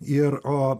ir o